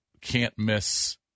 can't-miss